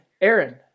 Aaron